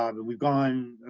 um and we've gone,